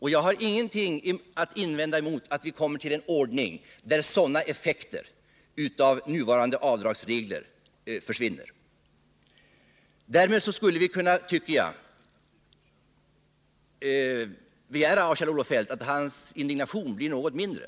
Jag har ingenting att invända mot att sådana effekter av nuvarande avdragsregler försvinner. Däremot tycker jag vi skulle kunna begära av Kjell-Olof Feldt att han något minskar sin indignation,